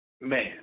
man